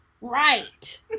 right